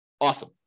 Awesome